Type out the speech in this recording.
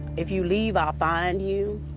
if you leave, i'll find you.